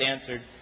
answered